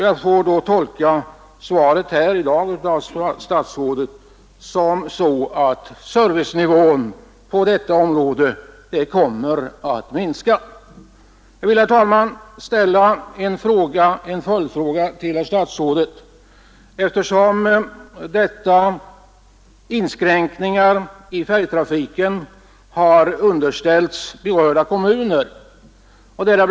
Jag får tolka svaret här i dag av statsrådet så att servicenivån på detta område kommer att minska. Jag vill, herr talman, ställa en följdfråga till herr statsrådet, eftersom dessa inskränkningar av färjetrafiken har underställts berörda kommuner.